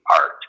art